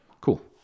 Cool